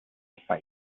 suffice